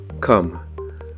Come